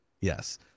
Yes